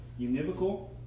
univocal